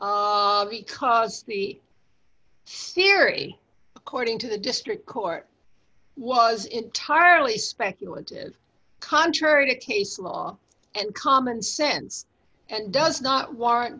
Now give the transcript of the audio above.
it causes the steering according to the district court was entirely speculative contrary to case law and common sense and does not warrant